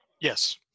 Yes